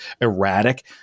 erratic